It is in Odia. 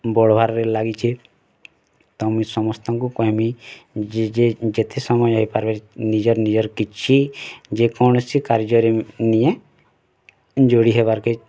ରେ ଲାଗିଛି ତ ମୁଇଁ ସମସ୍ତ ଙ୍କୁ କହିମି ଯେତେ ସମୟ ହେଇ ପାରିବେ ନିଜର୍ ନିଜର୍ କିଛି ଯେ କୌଣସି କାର୍ଯ୍ୟ ରେ ନିଜେ ଯୋଡ଼ି ହେବାର୍ କେ